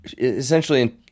essentially